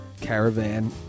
caravan